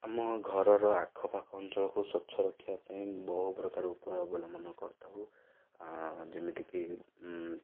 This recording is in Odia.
ଆମ ଘରର ଆଖପାଖ ଅଞ୍ଚଳକୁ ସ୍ୱଚ୍ଛ ରଖିବା ପାଇଁ ବହୁପ୍ରକାର ଉପାୟ ଅବଲମ୍ବନ କରିଥାଉ ଯେମିତିକି